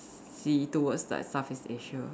sea towards like Southeast Asia